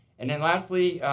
and then lastly,